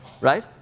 Right